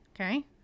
Okay